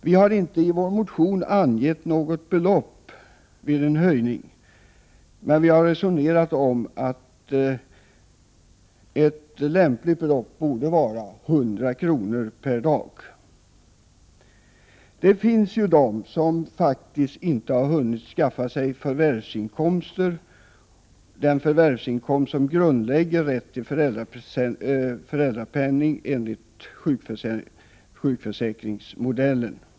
Vi har inte i vår motion angett något belopp vid en höjning, men vi har resonerat om att ett lämpligt belopp borde vara 100 kr. per dag. Det finns faktiskt de föräldrar som inte har hunnit skaffa sig förvärvsinkomster, dvs. den förvärvsinkomst som grundlägger rätten till föräldrapenning enligt sjukförsäkringsmodellen.